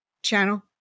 channel